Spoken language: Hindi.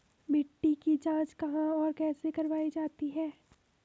मिट्टी की जाँच कहाँ और कैसे करवायी जाती है?